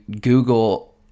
Google